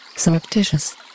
Surreptitious